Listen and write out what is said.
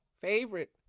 favorite